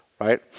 right